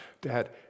Dad